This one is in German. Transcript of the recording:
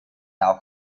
auf